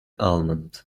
almond